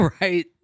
right